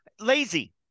lazy